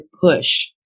push